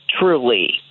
truly